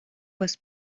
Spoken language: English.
was